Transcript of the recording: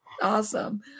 Awesome